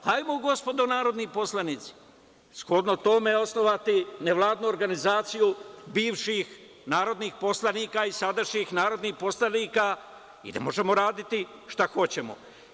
Hajdemo, gospodo narodni poslanici, shodno tome osnovati nevladinu organizaciju bivših narodnih poslanika i sadašnjih narodnih poslanika i ne možemo raditi šta hoćemo.